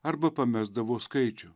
arba pamesdavau skaičių